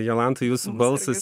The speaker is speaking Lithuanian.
jolanta jūsų balsas